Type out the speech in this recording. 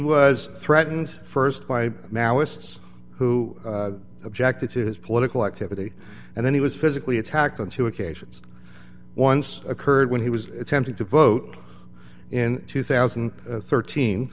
was threatened st by maoists who objected to his political activity and then he was physically attacked on two occasions once occurred when he was attempting to vote in two thousand and thirteen